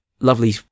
lovely